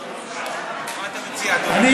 מה אתה מציע, אדוני?